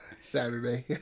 Saturday